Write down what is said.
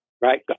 Right